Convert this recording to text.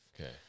Okay